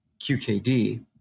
QKD